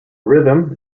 rhythm